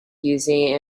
using